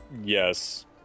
yes